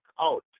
out